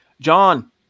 John